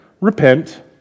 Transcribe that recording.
repent